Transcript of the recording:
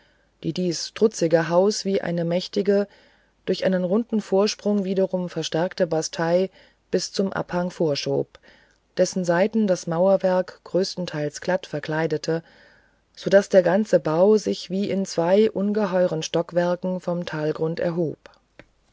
die dies trutzige haus wie eine mächtige durch einen runden vorsprung wiederum verstärkte bastei bis zum abhang vorschob dessen seiten das mauerwerk größtenteils glatt verkleidete so daß der ganze bau sich wie in zwei ungeheueren stockwerken vom talgrund erhob